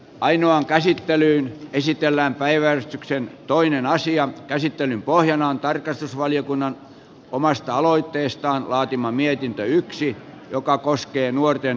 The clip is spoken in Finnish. ainoan käsittelyyn käsitellään päiväys ja toinen asian käsittelyn pohjana on tarkastusvaliokunnan omasta aloitteestaan laatima mietintö joka koskee nuorten syrjäytymistä